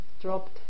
dropped